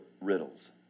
riddles